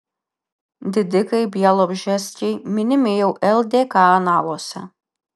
didikai bialobžeskiai minimi jau ldk analuose